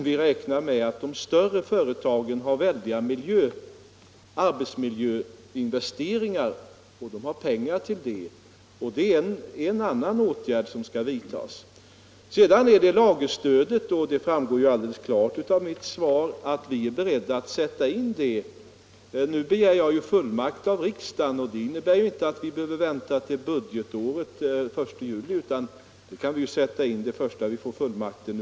Vidare har större företag stora miljöinvesteringar att göra, och de har också pengar till sådana åtgärder. När det gäller lagerstödet framgår det alldeles klart av mitt svar att vi är beredda att sätta in ett sådant stöd. Nu begär jag fullmakt av riksdagen, men det innebär ju inte att vi behöver vänta med åtgärderna till den 1 juli då det nya budgetåret börjar. Stödet kan sättas in så snart regeringen fått fullmakten.